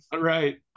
Right